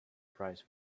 prize